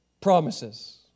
promises